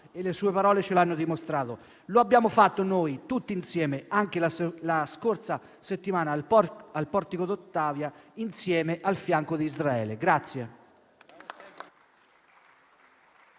le sue parole ce l'hanno dimostrato. Lo abbiamo fatto noi tutti insieme anche la scorsa settimana al Portico d'Ottavia, insieme, al fianco di Israele.